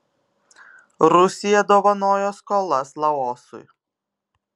rusija dovanojo skolas laosui